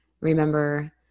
Remember